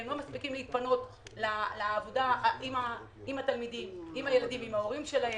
הם לא מספיקים להתפנות לעבודה עם התלמידים ועם הוריהם.